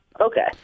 okay